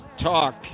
Talk